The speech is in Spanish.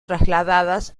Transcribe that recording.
trasladadas